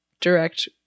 direct